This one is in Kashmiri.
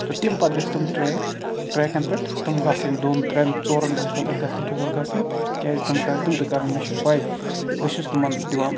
تہٕ تَمہِ پَتہٕ گٔژھ تِم ٹرٛیک ٹرٛیکَن پٮ۪ٹھ تِم گَژھٕنۍ دۄن ترٛیٚن ژورَن دۄہَن خٲطرٕ گژھَن تور گَژھٕنۍ کیٛازِ تِم کَرَن تِم تہِ کَرَن مےٚ چھُ پےَ بہٕ چھُس تِمَن دِوان